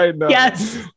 Yes